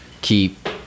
keep